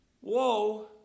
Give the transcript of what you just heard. whoa